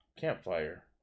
Campfire